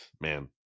man